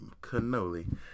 cannoli